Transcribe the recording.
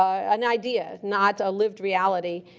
an idea, not a lived reality,